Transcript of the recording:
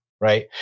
right